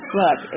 look